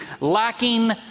lacking